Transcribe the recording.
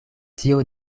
tio